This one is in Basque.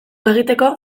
egiteko